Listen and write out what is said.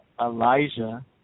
Elijah